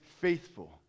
faithful